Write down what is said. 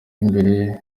mbere